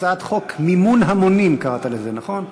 הצעת חוק מימון המונים, קראת לזה, נכון?